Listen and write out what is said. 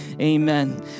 Amen